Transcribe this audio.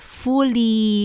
fully